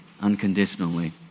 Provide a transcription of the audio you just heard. unconditionally